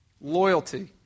loyalty